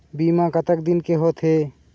बीमा कतक दिन के होते?